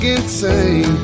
Insane